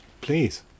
Please